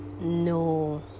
no